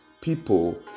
people